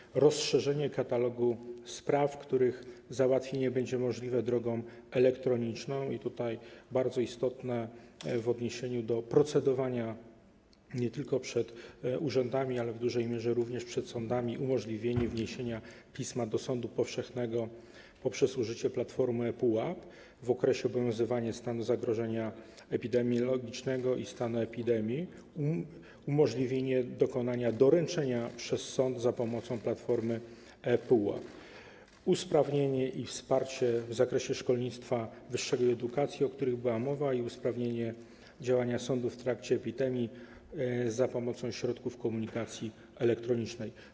To także rozszerzenie katalogu spraw, których załatwienie będzie możliwe drogą elektroniczną, co jest bardzo istotne w odniesieniu do procedowania nie tylko przed urzędami, ale w dużej mierze również przed sądami, umożliwienie wniesienia pisma do sądu powszechnego poprzez użycie platformy ePUAP w okresie obowiązywania stanu zagrożenia epidemiologicznego i stanu epidemii, umożliwienie dokonania doręczenia przez sąd za pomocą platformy ePUAP, usprawnienie i wsparcie w zakresie szkolnictwa wyższego i edukacji, o których była mowa, i usprawnienie działania sądu w trakcie epidemii za pomocą środków komunikacji elektronicznej.